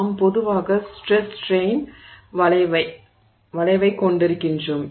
நாம் பொதுவாக stress strain வளைவைக் கொண்டிருக்கிறோம்